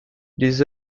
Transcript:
les